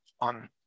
on